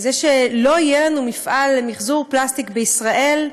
זה שלא יהיה לנו מפעל למחזור פלסטיק בישראל,